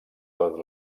tot